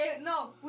No